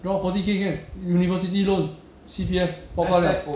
draw forty K can university loan C_P_F four five [what]